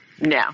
No